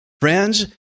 Friends